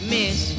Miss